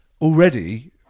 already